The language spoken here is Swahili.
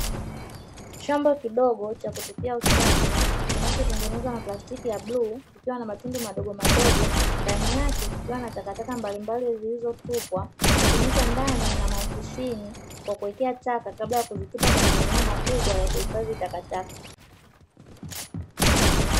Chombo kidogo cha kutupia uchafu, kinachotengenezwa na plastiki ya bluu, kikiwa na matundu madogo madogo ndani yake kukiwa na takataka mbalimbali zilizotupwa, hutumika ndani na maofisini kwa kuwekea taka kabla ya kuzifika kwenye maeneo makubwa ya kuhifadhi takataka.